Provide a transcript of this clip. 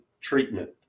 treatment